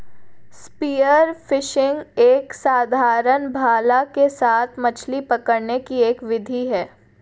spear fishing एक साधारण भाला के साथ मछली पकड़ने की एक विधि है